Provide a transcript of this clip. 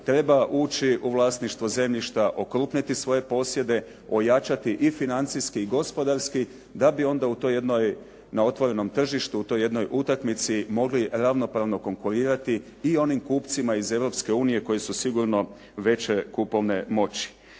treba uči u vlasništvo zemljišta, okrupniti svoje posjede, ojačati i financijske i gospodarski da bi onda u toj jedno, na otvorenom tržištu, u toj jednoj utakmici mogli ravnopravno konkurirati i onim kupcima iz Europske unije koji su sigurno veće kupovne moći.